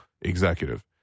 executive